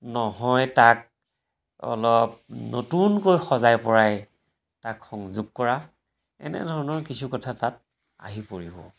নহয় তাক অলপ নতুনকৈ সজাই পৰাই তাক সংযোগ কৰা এনেধৰণৰ কিছু কথা তাত আহি পৰিব